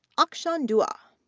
akshan dua,